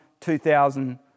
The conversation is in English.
2,000